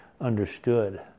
understood